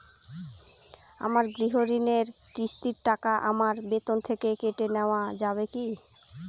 আমার গৃহঋণের কিস্তির টাকা আমার বেতন থেকে কেটে নেওয়া যাবে কি?